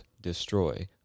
destroy